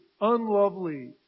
unlovely